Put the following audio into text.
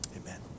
Amen